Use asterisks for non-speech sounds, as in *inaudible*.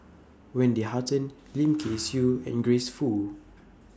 Wendy Hutton Lim *noise* Kay Siu and Grace Fu